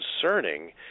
concerning